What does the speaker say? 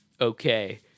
okay